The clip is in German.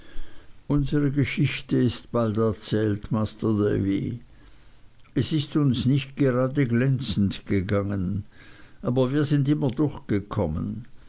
unsere geschichte ist bald erzählt masr davy es ist uns nicht gerade glänzend gegangen aber wir sind immer durchgekommen